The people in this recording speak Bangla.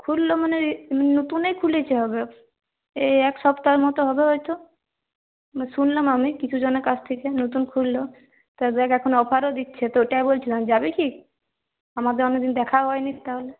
খুললো মানে ইয়ে নতুনই খুলিছে হবে এই এক সপ্তাহের মতো হবে হয়তো শুনলাম আমি কিছুজনের কাছ থেকে নতুন খুললো তবে এক এখন অফারও দিচ্ছে তো ওটাই বলছিলাম যাবি কি আমাদের অনেকদিন দেখাও হয়নি তাহলে